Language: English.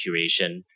curation